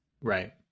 right